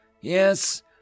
Yes